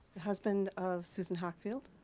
husband of susan hockfield,